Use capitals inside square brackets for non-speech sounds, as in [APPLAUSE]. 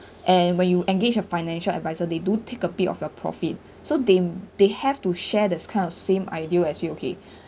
and when you engage a financial advisor they do take a bit of your profit so they they have to share this kind of same idea as you okay [BREATH]